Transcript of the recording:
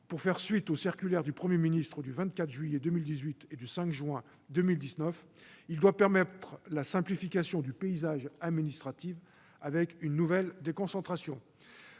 pour faire suite aux circulaires du Premier ministre du 24 juillet 2018 et du 5 juin 2019. Il doit permettre la simplification du paysage administratif avec une nouvelle déconcentration.